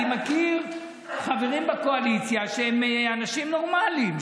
אני מכיר חברים בקואליציה שהם אנשים נורמליים,